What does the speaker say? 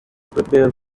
prepare